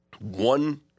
one